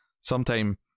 sometime